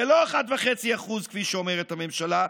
זה לא 1.5%, כפי שאומרת הממשלה,